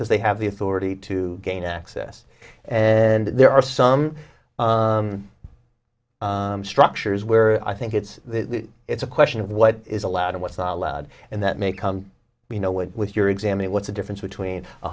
because they have the authority to gain access and there are some structures where i think it's it's a question of what is allowed and what's not allowed and that may come you know what with your exam what's the difference between a